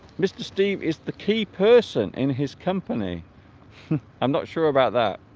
mr. steve is the key person in his company i'm not sure about that